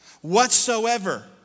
Whatsoever